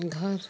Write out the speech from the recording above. घर